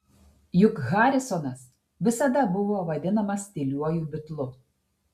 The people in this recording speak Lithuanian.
juk harrisonas visada buvo vadinamas tyliuoju bitlu